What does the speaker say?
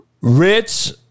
Rich